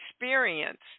experience